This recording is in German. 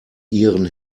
ihren